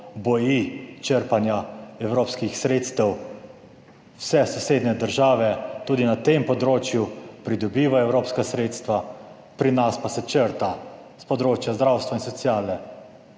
boji črpanja evropskih sredstev? Vse sosednje države tudi na tem področju pridobivajo evropska sredstva, pri nas pa se črta s področja zdravstva in sociale.